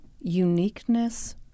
uniqueness